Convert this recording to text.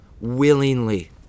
willingly